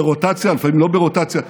ברוטציה, לפעמים לא ברוטציה.